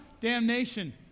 damnation